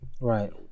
Right